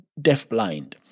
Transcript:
deafblind